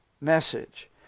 message